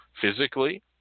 physically